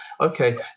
Okay